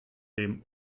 dem